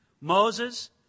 Moses